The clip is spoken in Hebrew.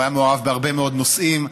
הוא היה מעורב בהרבה מאוד נושאים,